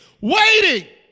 Waiting